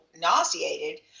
nauseated